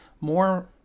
more